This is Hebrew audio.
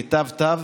היא התקבלה.